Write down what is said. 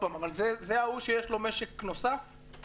זה שיש לו משק נוסף?